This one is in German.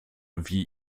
wie